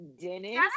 Dennis